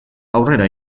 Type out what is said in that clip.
aurrera